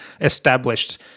established